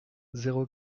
zéro